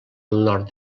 nord